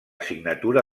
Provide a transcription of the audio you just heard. signatura